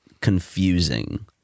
confusing